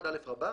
21א רבא